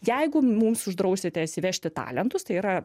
jeigu mums uždrausite atsivežti talentus tai yra